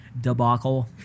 debacle